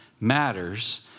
matters